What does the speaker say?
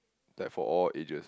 that for all ages